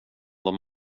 dem